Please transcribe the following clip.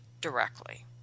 directly